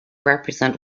represent